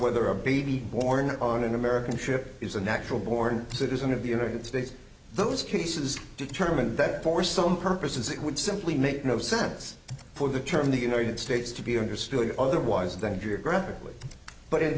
whether a baby born on an american ship is a natural born citizen of the united states those cases determine that for some purposes it would simply make no sense for the term the united states to be understood otherwise then geographically but in